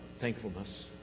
thankfulness